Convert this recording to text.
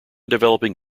developing